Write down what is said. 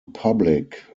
public